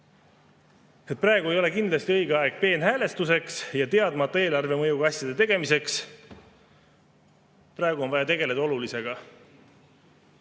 Praegu ei ole kindlasti õige aeg peenhäälestuseks ja teadmata eelarvemõjuga asjade tegemiseks. Praegu on vaja tegeleda olulisega.